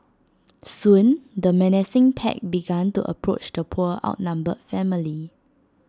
soon the menacing pack began to approach the poor outnumbered family